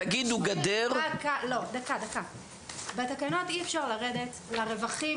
תגידו גדר --- אי אפשר בתקנות לרדת לרווחים